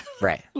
Right